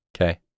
okay